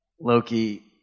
Loki